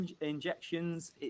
injections